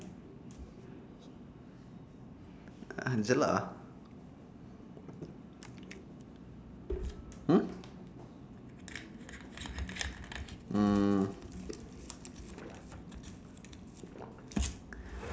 uh jelak ah !huh! mm